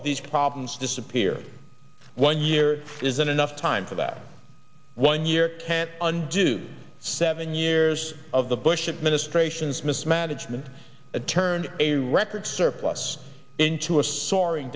of these problems disappear one year isn't enough time for that one year can't undo seven years of the bush administration's mismanagement it turned a record surplus into a soaring